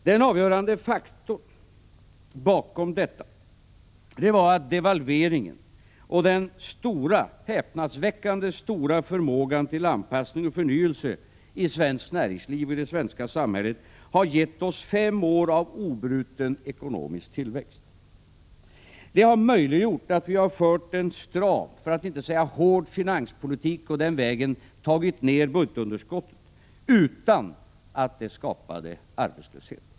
Den avgörande faktorn bakom detta var att devalveringen och den häpnadsväckande stora förmågan till anpassning och förnyelse i svenskt näringsliv och i det svenska samhället har gett oss fem år av obruten ekonomisk tillväxt. Det har gjort det möjligt att föra en stram, för att inte säga hård, finanspolitik och den vägen ta ner budgetunderskottet utan att skapa arbetslöshet.